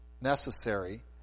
necessary